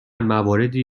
مواردی